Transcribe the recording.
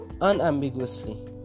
unambiguously